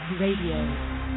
Radio